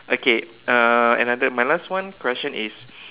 okay uh another my last one question is